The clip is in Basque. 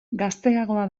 gazteagoa